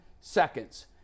seconds